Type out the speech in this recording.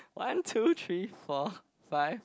one two three four five